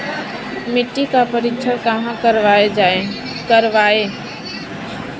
मिट्टी का परीक्षण कहाँ करवाएँ?